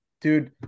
Dude